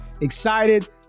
excited